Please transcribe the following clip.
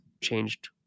changed